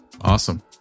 Awesome